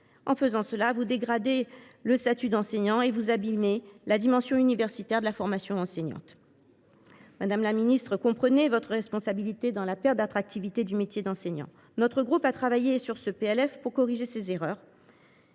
année après année, le statut d’enseignant et vous abîmez définitivement la dimension universitaire de la formation des enseignants. Madame la ministre, comprenez toute votre responsabilité dans la perte d’attractivité du métier d’enseignant. Notre groupe a travaillé sur ce PLF pour corriger vos erreurs.